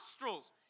nostrils